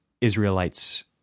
Israelites